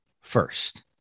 first